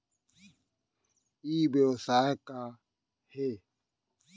ई व्यवसाय का हे?